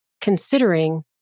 considering